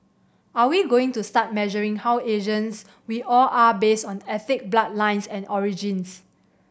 are we going to start measuring how Asians we all are based on ethnic bloodlines and origins